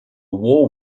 war